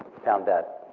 found that.